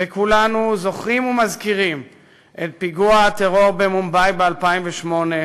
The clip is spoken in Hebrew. וכולנו זוכרים ומזכירים את פיגוע הטרור במומבאי ב-2008,